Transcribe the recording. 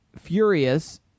Furious